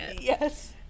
Yes